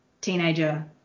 teenager